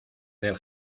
del